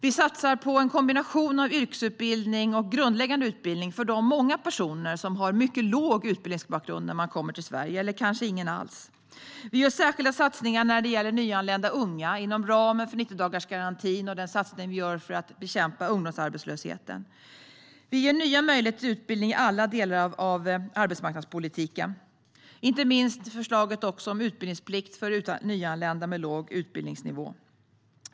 Vi satsar på en kombination av yrkesutbildning och grundläggande utbildning för de många personer som har mycket bristfällig utbildningsbakgrund, eller kanske ingen utbildning alls, när de kommer till Sverige. Vi gör särskilda satsningar när det gäller nyanlända unga inom ramen för 90-dagarsgarantin och den satsning som vi gör för att bekämpa ungdomsarbetslösheten. Vi ger nya möjligheter till utbildning i alla delar av arbetsmarknadspolitiken. Det gäller inte minst förslaget om utbildningsplikt för nyanlända med låg utbildningsnivå.